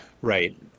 Right